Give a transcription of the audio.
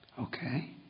Okay